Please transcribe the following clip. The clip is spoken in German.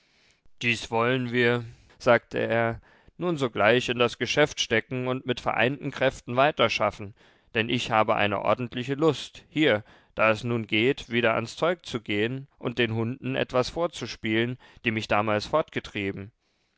dies wollen wir sagte er nun sogleich in das geschäft stecken und mit vereinten kräften weiter schaffen denn ich habe eine ordentliche lust hier da es nun geht wieder ans zeug zu gehen und den hunden etwas vorzuspielen die mich damals fortgetrieben